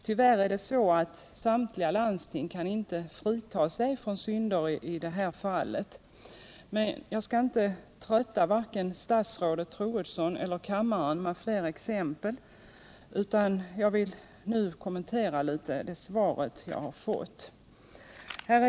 Tyvärr är det så att inte något landsting kan frita sig från synder i det här fallet. Men jag skall inte trötta vare sig statsrådet Troedsson eller kammaren med fler exempel utan vill nu kommentera det svar jag fått.